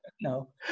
No